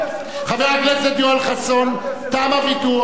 חבר הכנסת יואל חסון, תם הוויכוח.